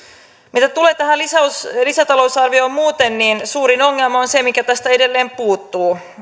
mitä tulee tähän lisätalousarvioon muuten niin suurin ongelma on se mikä tästä edelleen puuttuu